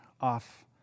off